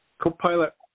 co-pilot